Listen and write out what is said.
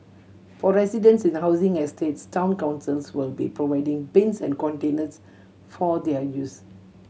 for residents in the housing estates town councils will be providing bins and containers for their use